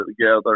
together